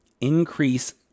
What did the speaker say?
increase